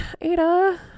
Ada